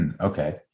Okay